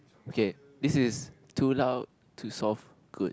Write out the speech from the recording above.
okay this is too loud too soft good